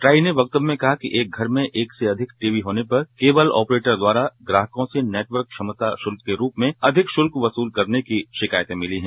try ने वक्तव्य में कहा कि एक घर में एक से अधिक टीवी होने पर केबल ऑपरेटर द्वारा ग्राहकों से नेटवर्क क्षमता शुल्क के रूप में अधिक शुल्क वसूल करने की शिकायतें मिली हैं